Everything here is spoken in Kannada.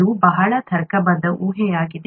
ಇದು ಬಹಳ ತರ್ಕಬದ್ಧ ಊಹೆಯಾಗಿದೆ